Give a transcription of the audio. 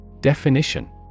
Definition